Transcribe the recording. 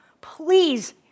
please